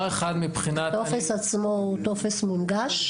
הטופס עצמו הוא טופס מונגש?